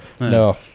no